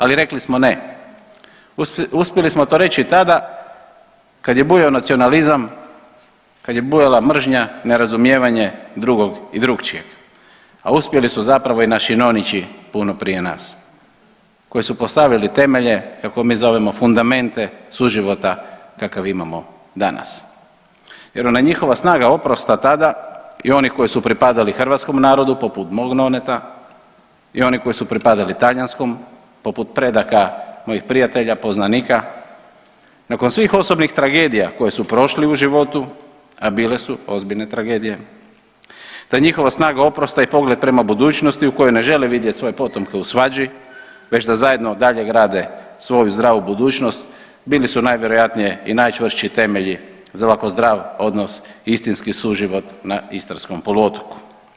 Ali rekli smo ne, uspjeli smo to reći tada kada je bujao nacionalizam, kad je bujala mržnja, nerazumijevanje drugog i drukčijeg, a uspjeli su zapravo i naši nonići puno prije nas koji su postavili temelje, kako mi zovemo fundamente suživota kakav imamo danas jer ona njihova snaga oprosta tada i oni koji su pripadali hrvatskom narodu poput mog noneta i oni koji su pripadali talijanskom, poput predaka mojih prijatelja, poznanika nakon svih osobnih tragedija koje su prošli u životu, a bile su ozbiljne tragedije ta njihova snaga oprosta i pogled prema budućnosti u kojoj ne želi vidjeti svoje potomke u svađi već da zajedno dalje grade svoju zdravu budućnost, bili su najvjerojatnije i najčvršći temelji za ovako zdrav odnos i istinski suživot na Istarskom poluotoku.